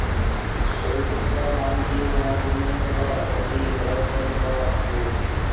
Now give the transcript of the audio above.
पवित्रता, शांति और मासूमियत का प्रतीक है कंद का फूल